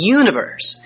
universe